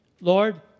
Lord